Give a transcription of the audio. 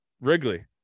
Wrigley